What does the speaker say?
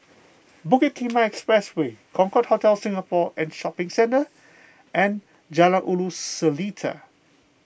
Bukit Timah Expressway Concorde Hotel Singapore and Shopping Centre and Jalan Ulu Seletar